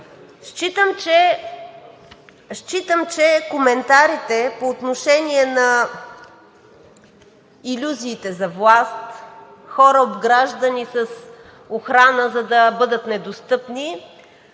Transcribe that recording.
Считам, че коментарите по отношение на илюзиите за власт, хора, обграждани с охрана, за да бъдат недостъпни